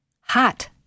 Hot